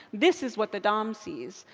this is what the dom sees.